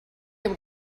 able